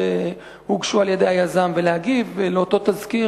שהוגשו על-ידי היזם ולהגיב על אותו תסקיר,